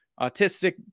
autistic